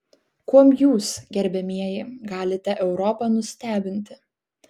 kuom jūs gerbiamieji galite europą nustebinti